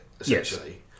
essentially